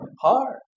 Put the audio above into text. hard